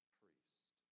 priest